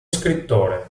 scrittore